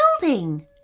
building